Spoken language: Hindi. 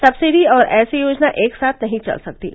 सब्सिडी और ऐसी योजना एकसाथ नहीं चल सकतीं